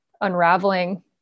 unraveling